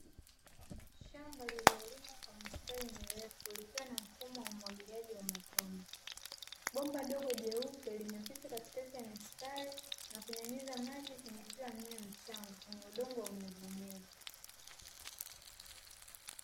Shamba lililolimwa kwa mistari mirefu likiwa na mfumo wa umwagiliaji wa matone ,bomba dogo jeupe limepita katikati ya mistari na kunyunyiza maji kwenye kila mmea mchanga kwenye udongo wa unyevuunyevu.